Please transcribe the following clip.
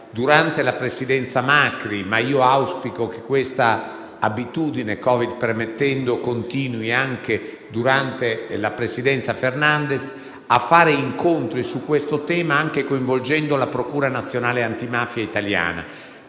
durante la presidenza Macri. Auspico tuttavia che questa abitudine, Covid permettendo, continui anche durante la presidenza Fernández e si facciano incontri su questo tema, anche coinvolgendo la procura nazionale antimafia italiana.